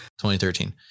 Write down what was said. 2013